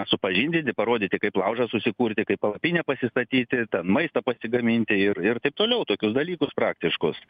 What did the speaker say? supažindinti parodyti kaip laužą susikurti kaip palapinę pasistatyti ten maistą pasigaminti ir ir taip toliau tokius dalykus praktiškus